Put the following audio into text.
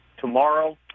tomorrow